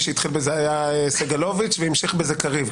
מי שהתחיל בזה היה סגלוביץ' והמשיך בזה קריב.